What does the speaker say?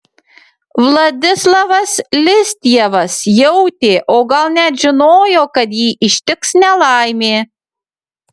vladislavas listjevas jautė o gal net žinojo kad jį ištiks nelaimė